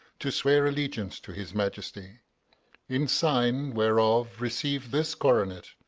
to swear allegiance to his majesty in sign whereof receive this coronet,